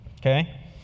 Okay